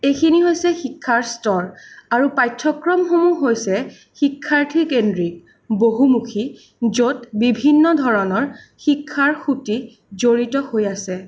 এইখিনি হৈছে শিক্ষাৰ স্তৰ আৰু পাঠ্যক্ৰমসমূহ হৈছে শিক্ষাৰ্থী কেন্দ্ৰিক বহুমুখী য'ত বিভিন্ন ধৰণৰ শিক্ষাৰ সুঁতি জড়িত হৈ আছে